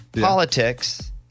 politics